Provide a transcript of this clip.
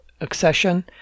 accession